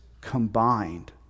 combined